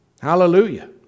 Hallelujah